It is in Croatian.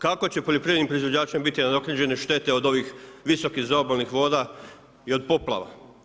Kako će poljoprivrednim proizvođačima biti nadoknađene štete od ovih visokih zaobalnih voda i od poplava?